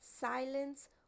Silence